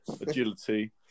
Agility